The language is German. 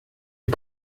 die